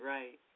Right